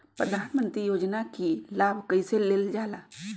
प्रधानमंत्री योजना कि लाभ कइसे लेलजाला?